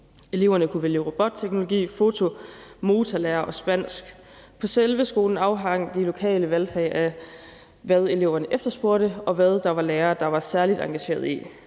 Eleverne kunne vælge robotteknologi, foto, motorlære og spansk. På selve skolen afhang de lokale valgfag af, hvad eleverne efterspurgte, og hvad der var lærere der var særlig engageret i.